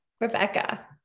Rebecca